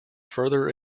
further